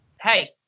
Hey